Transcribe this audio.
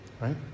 Right